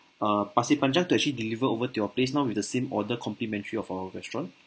uh pasir panjang to actually deliver over to your place now with the same order complimentary of our restaurant